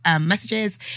messages